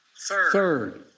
Third